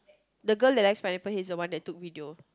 the girl that likes pineapple he's the one that took video